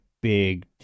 big